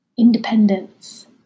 independence